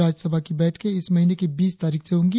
राज्यसभा की बैठके इस महीने की बीस तारीख से होगी